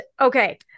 okay